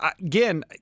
again